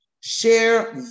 share